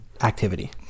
activity